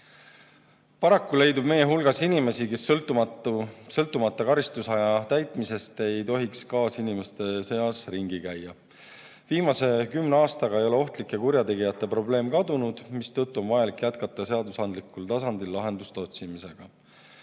Paraku leidub meie hulgas inimesi, kes vaatamata karistusaja täitumisele ei tohiks kaasinimeste seas ringi käia. Viimase kümne aastaga ei ole ohtlike kurjategijate probleem kadunud, mistõttu on vajalik jätkata seadusandlikul tasandil lahenduste otsimist.